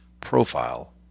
profile